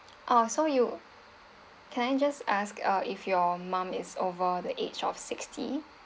ah so you can I just ask uh if your mum is over the age of sixty